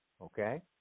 okay